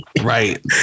Right